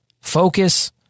focus